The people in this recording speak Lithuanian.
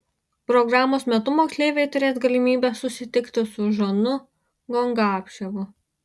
programos metu moksleiviai turės galimybę susitikti su žanu gongapševu